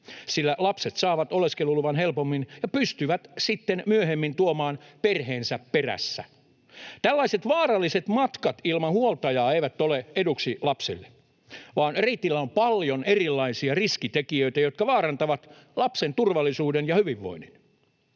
sillä lapset saavat oleskeluluvan helpommin ja pystyvät sitten myöhemmin tuomaan perheensä perässä. Tällaiset vaaralliset matkat ilman huoltajaa eivät ole eduksi lapselle, vaan reitillä on paljon erilaisia riskitekijöitä, jotka vaarantavat lapsen turvallisuuden ja hyvinvoinnin.